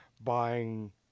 buying